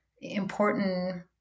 important